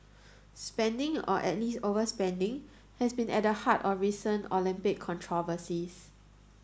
spending or at least overspending has been at the heart of recent Olympic controversies